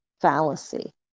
fallacy